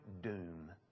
doom